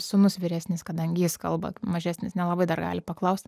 sūnus vyresnis kadangi jis kalba mažesnis nelabai dar gali paklaust